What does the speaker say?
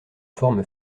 forme